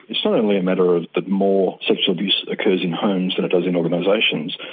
it's not only a matter that more sexual abuse occurs in homes than it does in organisations,